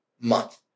month